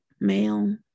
male